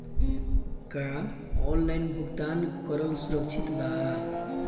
का ऑनलाइन भुगतान करल सुरक्षित बा?